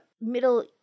Middle